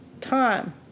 time